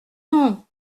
non